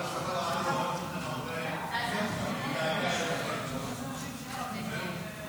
הקמת ועדה מיוחדת ליישובים בגבול המזרחי נתקבלה.